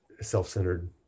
self-centered